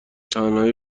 تنهایی